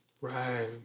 Right